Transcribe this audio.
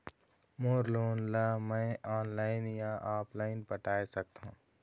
मोर loan ला मैं online या ऑफलाइन पटाए सकथों?